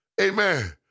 Amen